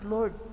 Lord